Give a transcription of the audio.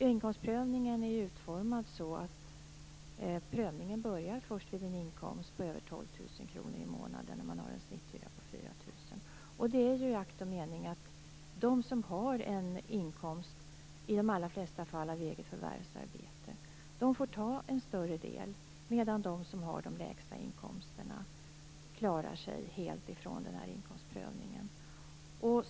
Inkomstprövningen är utformad så att prövningen börjar först vid en inkomst på 12 000 kr i månaden och om man har en snitthyra på 4 000 kr. De som har en inkomst av - som i de allra flesta fall - eget förvärvsarbete får ta en större del medan de som har de lägsta inkomsterna klarar sig helt från denna inkomstprövning.